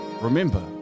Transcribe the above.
remember